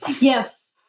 Yes